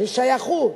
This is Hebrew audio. של שייכות.